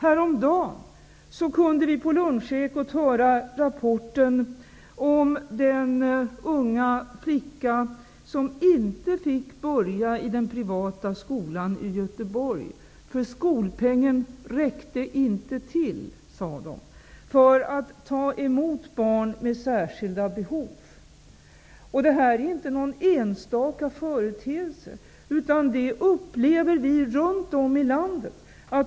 Häromdagen kunde vi på Lunchekot höra rapporten om den unga flicka som inte fick börja i den privata skolan i Göteborg eftersom skolpengen inte räckte till, sade de, för att ta emot barn med särskilda behov. Detta är inte någon enstaka företeelse. Det upplever vi runt om i landet.